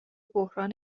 بحران